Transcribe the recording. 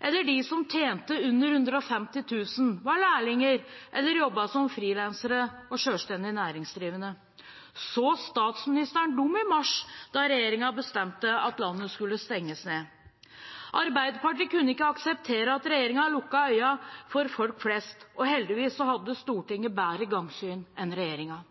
Eller de som tjente under 150 000 kr, var lærlinger eller jobbet som frilansere og selvstendig næringsdrivende, så statsministeren dem da regjeringen i mars bestemte at landet skulle stenges ned? Arbeiderpartiet kunne ikke akseptere at regjeringen lukket øynene for folk flest, og heldigvis hadde Stortinget bedre gangsyn enn regjeringen.